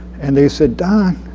and they said don,